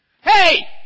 hey